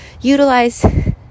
utilize